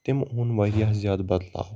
تٔمۍ اوٚن واریاہ زیادٕ بدلاو